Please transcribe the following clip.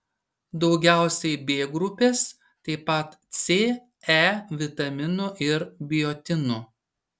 daugiausiai b grupės taip pat c e vitaminų ir biotino